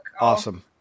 Awesome